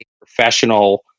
professional